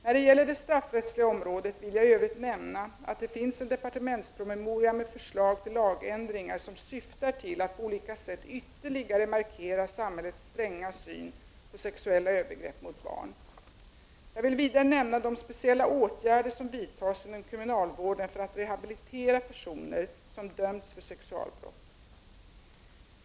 När det gäller det straffrättsliga området vill jag i övrigt nämna att det finns en departementspromemoria med förslag till lagändringar som syftar till att på olika sätt ytterligare markera samhällets stränga syn på sexuella övergrepp mot barn. Jag vill vidare nämna de speciella åtgärder som vidtas inom kriminalvården för att rehabilitera personer som dömts för sexualbrott.